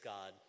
God